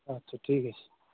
আচ্ছা ঠিক আছে